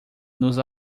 nos